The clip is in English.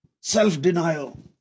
self-denial